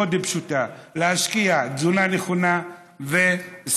מאוד פשוטה: להשקיע בתזונה נכונה ובספורט.